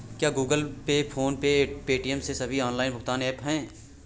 क्या Google Pay PhonePe Paytm ये सभी ऑनलाइन भुगतान ऐप हैं?